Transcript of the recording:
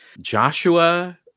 Joshua